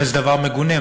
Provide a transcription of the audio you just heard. וזה דבר מגונה.